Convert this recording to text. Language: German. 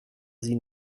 sie